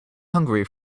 hungry